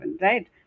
right